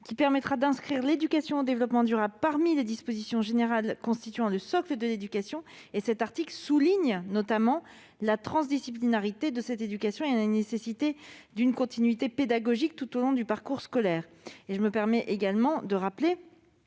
permettra d'inscrire l'éducation au développement durable parmi les dispositions générales constituant le socle de l'éducation. Il souligne notamment la transdisciplinarité de cette éducation et la nécessité d'une continuité pédagogique tout au long du parcours scolaire. Je me permets également de souligner